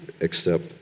accept